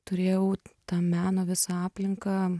turėjau tą meno visą aplinką